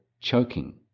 choking